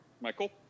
Michael